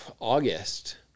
August